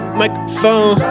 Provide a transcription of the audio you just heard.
microphone